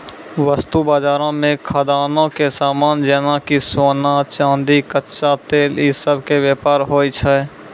वस्तु बजारो मे खदानो के समान जेना कि सोना, चांदी, कच्चा तेल इ सभ के व्यापार होय छै